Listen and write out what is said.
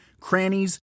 crannies